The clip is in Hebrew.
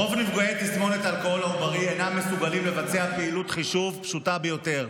רוב נפגעי האלכוהול העוברי אינם מסוגלים לבצע פעילות חישוב פשוטה ביותר,